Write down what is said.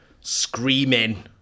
screaming